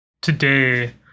today